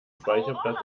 speicherplatz